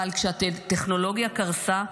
אבל כשהטכנולוגיה קרסה,